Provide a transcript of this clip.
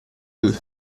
deux